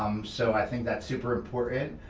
um so i think that's super important.